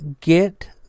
get